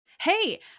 Hey